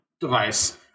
device